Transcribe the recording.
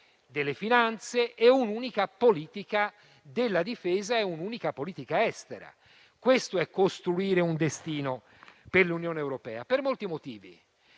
delle finanze, un'unica politica della difesa e un'unica politica estera. Questo è costruire un destino per l'Unione europea, per molti motivi,